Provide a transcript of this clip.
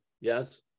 yes